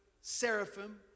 Seraphim